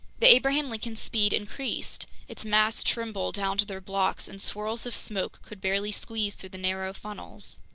the abraham lincoln's speed increased. its masts trembled down to their blocks, and swirls of smoke could barely squeeze through the narrow funnels.